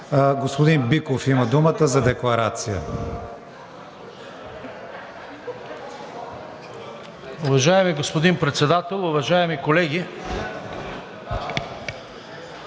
Господин Биков има думата за декларация.